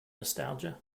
nostalgia